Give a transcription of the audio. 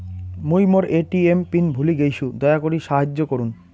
মুই মোর ATM PIN ভুলে গেইসু, দয়া করি সাহাইয্য করুন